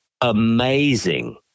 amazing